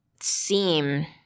seem